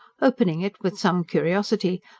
opening it with some curiosity,